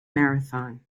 marathon